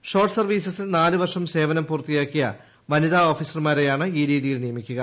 short സർവ്വീസസിൽ നാല് വർഷ്ക് സ്ക്വനം പൂർത്തിയാക്കിയ വനിത ഓഫീസർമാരെയാണ് ഈ പ്രിയിയിൽ നിയമിക്കുക